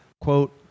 quote